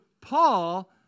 Paul